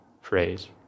phrase